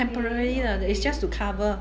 temporarily lah it's just to cover